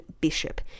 Bishop